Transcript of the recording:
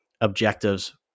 objectives